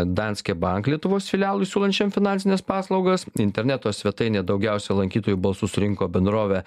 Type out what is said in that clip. danske bank lietuvos filialui siūlančiam finansines paslaugas interneto svetainėje daugiausia lankytojų balsų surinko bendrovė